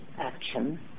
action